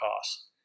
costs